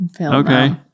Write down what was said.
okay